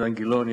אילן גילאון,